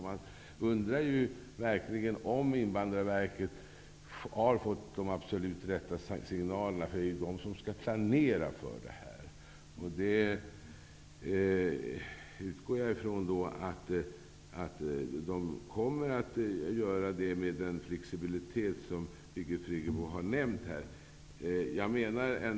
Man undrar om Invandrarverket har fått de rätta signalerna. De borde ju satsa mera för det här. Jag utgår ifrån att de kommer att göra detta, med den flexibilitet som Birgit Friggebo har nämnt här.